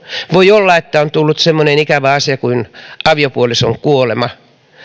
voi olla että on tullut semmoinen ikävä asia kuin aviopuolison kuolema